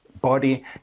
body